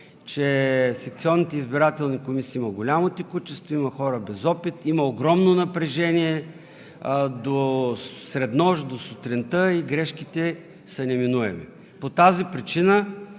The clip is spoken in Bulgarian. че в секционните избирателни комисии има голямо текучество, има хора без опит, има огромно напрежение до среднощ, до сутринта и грешките са неминуеми. По тази причина